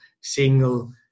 single